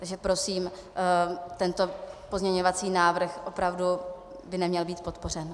Takže prosím, tento pozměňovací návrh opravdu by neměl být podpořen.